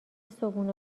صبحونه